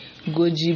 goji